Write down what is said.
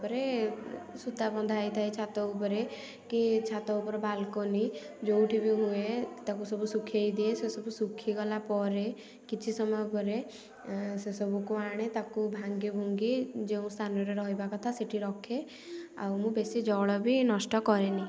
ତା'ପରେ ସୁତା ବନ୍ଧା ହେଇଥାଏ ଛାତ ଉପରେ କି ଛାତ ଉପର ବାଲକୋନି ଯେଉଁଠି ବି ହୁଏ ତାକୁ ସବୁ ସୁଖେଇଦିଏ ସେସବୁ ସୁଖିଗଲା ପରେ କିଛି ସମୟ ପରେ ସେସବୁକୁ ଆଣେ ତା'କୁ ଭାଙ୍ଗିଭୁଙ୍ଗି ଯେଉଁ ସ୍ଥାନରେ ରହିବା କଥା ସେଠି ରଖେ ଆଉ ମୁଁ ବେଶି ଜଳ ବି ନଷ୍ଟ କରେନି